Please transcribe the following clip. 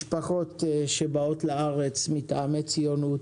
משפחות שבאות לארץ מטעמי ציונות